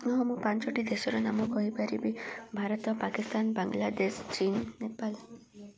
ହଁ ମୁଁ ପାଞ୍ଚଟି ଦେଶର ନାମ କହିପାରିବି ଭାରତ ପାକିସ୍ତାନ ବାଂଲାଦେଶ ଚୀନ ନେପାଲ